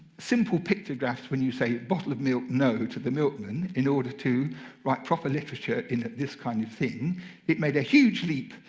simple pictographs when you say a bottle of milk, no, to the milkman in order to write proper literature in this kind of thing it made a huge leap.